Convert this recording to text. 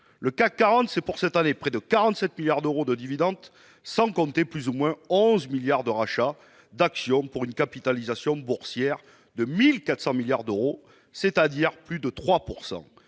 Le CAC 40 représente, pour cette année, près de 47 milliards d'euros de dividendes, sans compter environ 11 milliards d'euros en rachats d'actions, pour une capitalisation boursière de 1 400 milliards d'euros, c'est-à-dire une